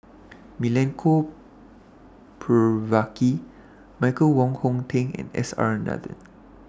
Milenko Prvacki Michael Wong Hong Teng and S R Nathan